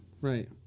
right